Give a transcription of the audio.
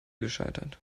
gescheitert